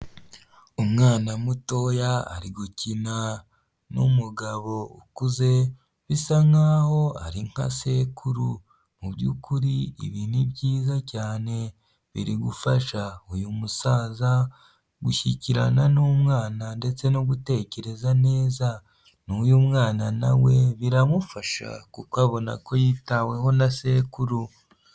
Umwana mutoya ari gukina n'umugabo ukuze, bisa nkaho ari nka sekuru, mu byukuri ibi ni byiza cyane, birigufasha uyu musaza gushyikirana n'umwana ndetse no gutekereza neza , n'uyu mwana nawe we biramufasha kuko abona ko yitaweho na sekuru.